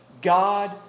God